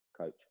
coach